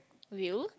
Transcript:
will